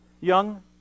Young